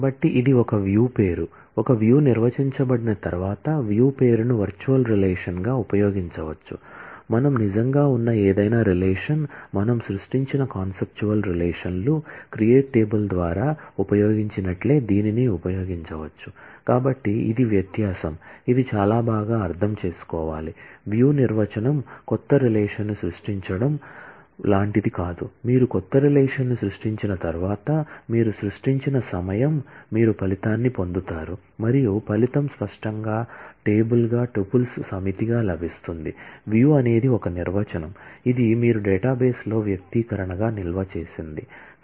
కాబట్టి ఇది ఒక వ్యూ నిర్వచించబడిన తర్వాత వ్యూ అనేది ఒక నిర్వచనం ఇది మీరు డేటాబేస్లో వ్యక్తీకరణగా నిల్వ చేసింది